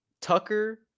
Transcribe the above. tucker